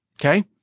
okay